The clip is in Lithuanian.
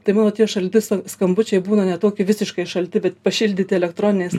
tai mano tie šalti skambučiai būna ne toki visiškai šalti bet pašildyti elektroniniais